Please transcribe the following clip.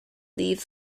leave